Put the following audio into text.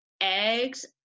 eggs